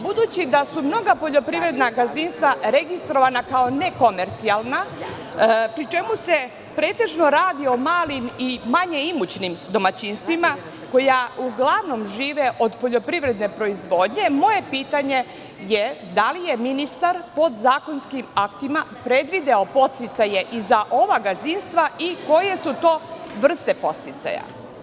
Budući da su mnoga poljoprivredna gazdinstva registrovana kao nekomercijalna, pri čemu se pretežno radi o malim i manje imućnim domaćinstvima, koja uglavnom žive od poljoprivredne proizvodnje, moje pitanje je – da li je ministar podzakonskim aktima predvideo podsticaje i za ova gazdinstva i koje su to vrste podsticaja?